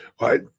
Right